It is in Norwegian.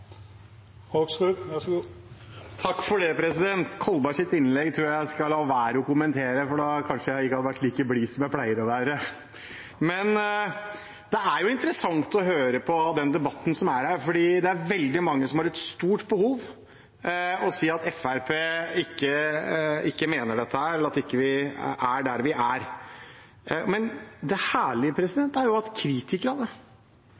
innlegg tror jeg at jeg skal la være å kommentere, for da hadde jeg kanskje ikke vært like blid som jeg pleier å være. Men det er jo interessant å høre på den debatten som er her, fordi det er veldig mange som har et stort behov for å si at Fremskrittspartiet ikke mener dette, eller at vi ikke er der vi er. Men det